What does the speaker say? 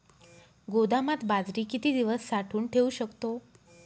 गोदामात बाजरी किती दिवस साठवून ठेवू शकतो?